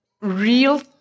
real